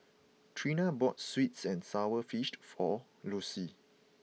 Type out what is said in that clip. Trina bought Sweets and Sour Fished for Lossie